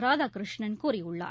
ராதாகிருஷ்ணன் கூறியுள்ளார்